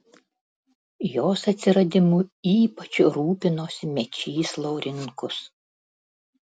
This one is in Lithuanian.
jos atsiradimu ypač rūpinosi mečys laurinkus